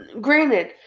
Granted